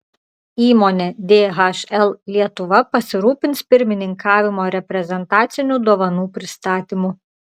įmonė dhl lietuva pasirūpins pirmininkavimo reprezentacinių dovanų pristatymu